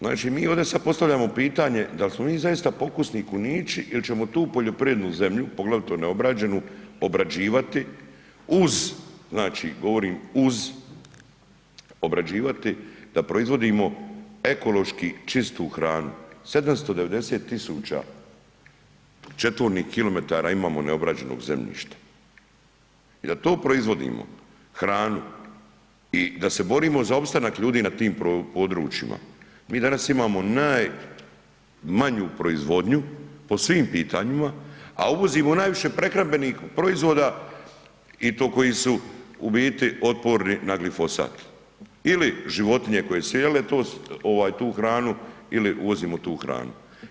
Znači, mi ovdje sad postavljamo pitanje dal smo mi zaista pokusni kunići il ćemo tu poljoprivrednu zemlju, poglavito neobrađenu, obrađivati uz, znači govorim uz, obrađivati da proizvodimo ekološki čistu hranu, 790 000 četvornih kilometara imamo neobrađenog zemljišta i da tu proizvodimo hranu i da se borimo za opstanak ljudi na tim područjima, mi danas imamo najmanju proizvodnju po svim pitanjima, a uvozimo najviše prehrambenih proizvoda i to koji su u biti otporni na glifosat ili životinje koje su jele to, ovaj tu hranu ili uvozimo tu hranu.